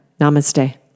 Namaste